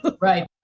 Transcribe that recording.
Right